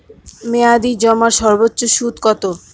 মেয়াদি জমার সর্বোচ্চ সুদ কতো?